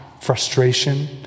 frustration